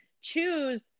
choose